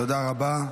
תודה רבה.